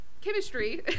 chemistry